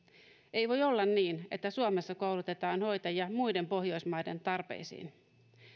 ei voi olla niin että suomessa koulutetaan hoitajia muiden pohjoismaiden tarpeisiin